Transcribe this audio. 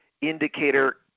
indicator